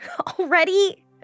already